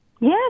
Yes